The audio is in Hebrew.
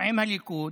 עם הליכוד,